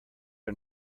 are